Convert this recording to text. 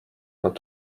annab